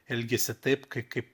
elgėsi taip k kaip